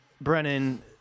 Brennan